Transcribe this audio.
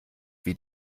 wie